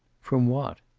from what?